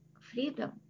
freedom